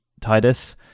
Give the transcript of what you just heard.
Titus